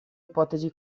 ipotesi